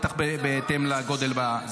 בטח בהתאם לגודל.